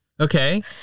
Okay